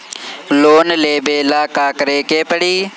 Loan लेबे ला का करे के पड़ी?